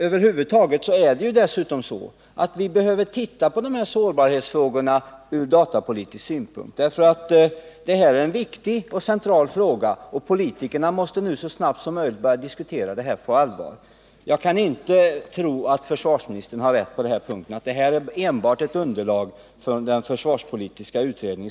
Över huvud taget behöver vi ju se på sårbarhetsfrågorna från datapolitisk synpunkt. Det är en viktig och central fråga, och politikerna måste så snart som möjligt börja diskutera saken på allvar. Jag kan inte tro att försvarsministern har rätt i att detta enbart är ett underlag för den försvarspolitiska utredningen.